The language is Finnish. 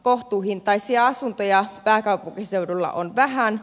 kohtuuhintaisia asuntoja pääkaupunkiseudulla on vähän